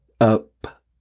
up